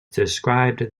described